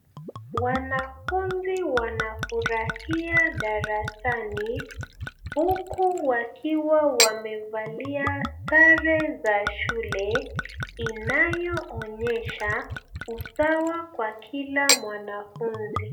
Wanafunzi wanafurahia darasani, huku wakiwa wamevalia sare za shule, inayo onyesha, usawa kwa kila mwanafunzi.